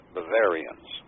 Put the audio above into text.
Bavarians